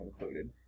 included